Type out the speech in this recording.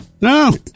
No